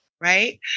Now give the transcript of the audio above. right